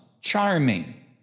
charming